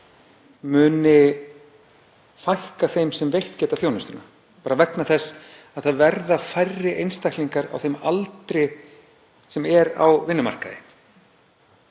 þeim fækka sem veitt geta þjónustuna bara vegna þess að það verða færri einstaklingar á þeim aldri sem eru á vinnumarkaði.